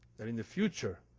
that in the future,